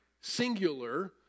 singular